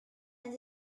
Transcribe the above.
and